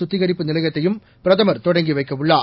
சுத்திகரிப்பு நிலையத்தையும் பிரதமர் தொடங்கிவைக்க உள்ளார்